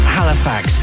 Halifax